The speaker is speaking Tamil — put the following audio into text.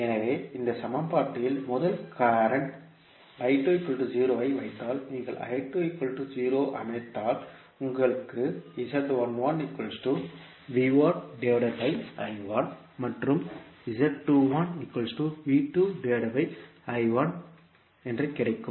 எனவே இந்த சமன்பாட்டில் முதல் கரண்ட் ஐ வைத்தால் நீங்கள் ஐ அமைத்தால் உங்களுக்கு மற்றும் கிடைக்கும்